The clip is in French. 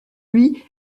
lui